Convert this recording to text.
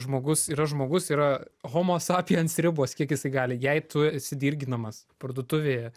žmogus yra žmogus yra homo sapiens ribos kiek jisai gali jei tu esi dirginamas parduotuvėje